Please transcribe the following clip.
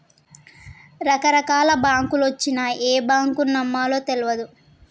రకరకాల బాంకులొచ్చినయ్, ఏ బాంకును నమ్మాలో తెల్వదు